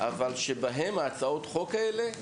אבל שבהם ההצעות חוק האלה,